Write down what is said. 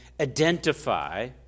identify